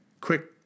quick